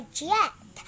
jet